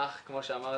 אח, כמו שאמרת.